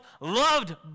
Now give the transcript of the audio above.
loved